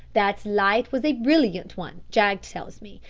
that light was a brilliant one, jaggs tells me.